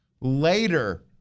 later